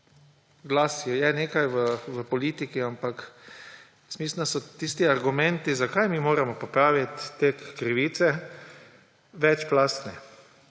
glas je nekaj v politiki, ampak jaz mislim, da so tisti argumenti, zakaj mi moramo popraviti te krivice, večplasten.